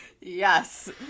Yes